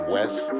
West